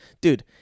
dude